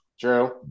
True